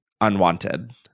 unwanted